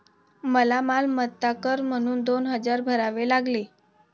मला मालमत्ता कर म्हणून दोन हजार भरावे लागले